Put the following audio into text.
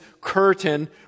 curtain